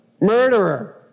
murderer